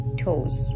toes